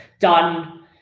done